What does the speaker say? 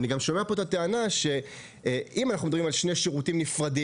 אני שומע פה גם את הטענה לפיה אם אנחנו מדברים על שני שירותים נפרדים,